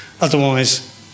Otherwise